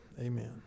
Amen